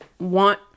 want